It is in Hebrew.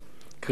קריאה ראשונה.